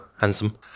handsome